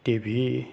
T V